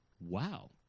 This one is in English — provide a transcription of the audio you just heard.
Wow